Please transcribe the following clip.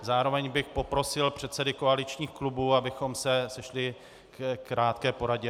Zároveň bych poprosil předsedy koaličních klubů, abychom se sešli rovněž ke krátké poradě.